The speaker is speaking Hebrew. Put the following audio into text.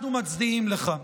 אנחנו מצדיעים לך.